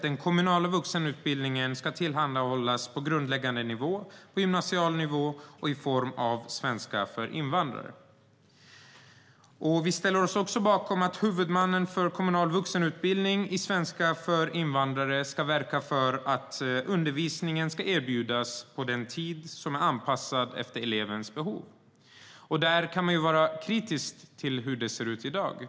Den kommunala vuxenutbildningen ska alltså tillhandahållas på grundläggande nivå, på gymnasial nivå och i form av svenska för invandrare. Vi ställer oss också bakom att huvudmannen för kommunal vuxenutbildning i svenska för invandrare ska verka för att undervisningen erbjuds på tider som är anpassade efter elevens behov. Där kan man vara kritisk till hur det ser ut i dag.